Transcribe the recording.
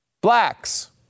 Blacks